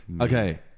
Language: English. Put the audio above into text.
Okay